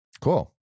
Cool